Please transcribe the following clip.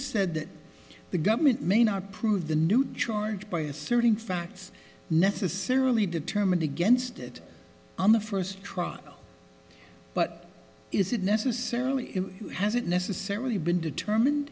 said the government may not prove the new charge by inserting facts necessarily determined against it on the first try but is it necessarily hasn't necessarily been determined